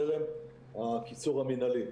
טרם הקיצור המינהלי.